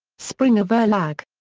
springer-verlag.